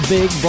Big